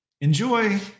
Enjoy